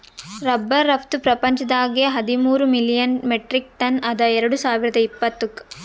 rubber ರಫ್ತು ಪ್ರಪಂಚದಾಗೆ ಹದಿಮೂರ್ ಮಿಲಿಯನ್ ಮೆಟ್ರಿಕ್ ಟನ್ ಅದ ಎರಡು ಸಾವಿರ್ದ ಇಪ್ಪತ್ತುಕ್